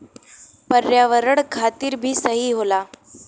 पर्यावरण खातिर भी सही होला